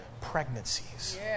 pregnancies